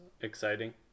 exciting